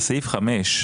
אגב,